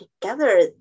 together